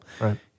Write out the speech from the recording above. Right